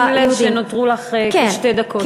בשים לב שנותרו לך כשתי דקות.